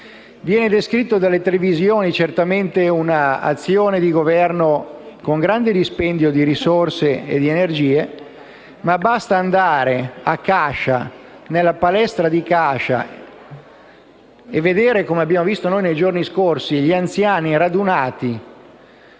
Viene descritta dalle televisioni un'azione di Governo con grande dispendio di risorse e di energie, ma basta andare nella palestra di Cascia e vedere - come abbiamo visto noi nei giorni scorsi - gli anziani radunati,